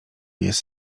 jest